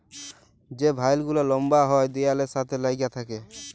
যে ভাইল গুলা লম্বা হ্যয় দিয়ালের সাথে ল্যাইগে থ্যাকে